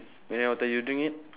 mineral water you drink it